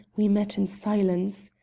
we met in silence.